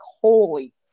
holy